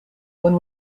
one